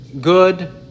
good